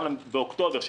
גם באוקטובר לדוגמה,